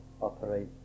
operate